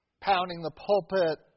pounding-the-pulpit